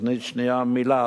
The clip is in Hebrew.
תוכנית שנייה, מיל"ת,